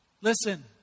Listen